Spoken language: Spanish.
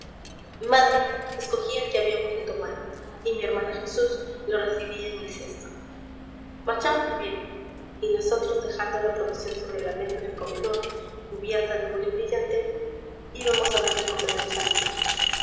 madre escogía el que habíamos de tomar y mi hermana jesús lo recibía en el crsto marchábase el viejo y nosotros dejando la provisión sobre la mesa del comedor cubierta de huf brillante íbamos a dar de comer a los animales